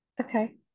Okay